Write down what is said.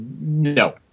no